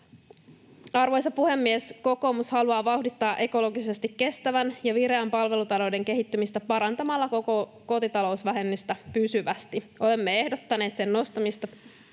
Arvoisa puhemies! Kokoomus haluaa vauhdittaa ekologisesti kestävän ja vireän palvelutalouden kehittymistä parantamalla koko kotitalousvähennystä pysyvästi. Olemme ehdottaneet sen nostamista